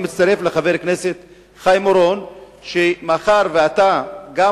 אני מצטרף לחבר הכנסת חיים אורון בכך שמאחר שאתה גם